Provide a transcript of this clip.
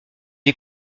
est